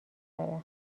داره